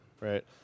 Right